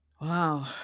Wow